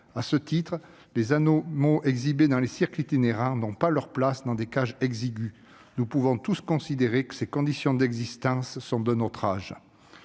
À ce titre, les animaux exhibés dans les cirques itinérants n'ont pas leur place dans des cages exiguës. Nous pouvons tous convenir que de telles conditions d'existence sont d'un autre âge.